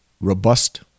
robust